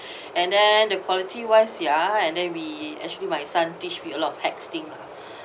and then the quality wise ya and then we actually my son teach me a lot of hacks thing lah